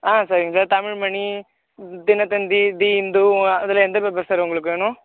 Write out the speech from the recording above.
ஆ சரிங்க sir Tamilmani Dinathanthi the Hindu இதில் எந்த பேப்பர் சார் உங்களுக்கு வேணும்